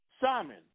Simon